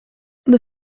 the